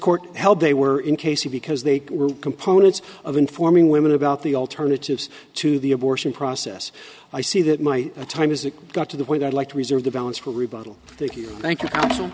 court held they were in casey because they were components of informing women about the alternatives to the abortion process i see that my time is it got to the point i'd like to reserve the balance for rebuttal thank you thank you